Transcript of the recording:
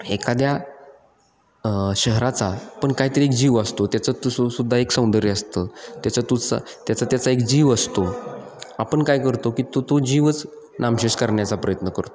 एखाद्या शहराचा पण काहीतरी जीव असतो त्याचं तुसं सुद्धा एक सौंदर्य असतं त्याचा तुचा त्याचा त्याचा एक जीव असतो आपण काय करतो की तो तो जीवच नामशेष करण्याचा प्रयत्न करतो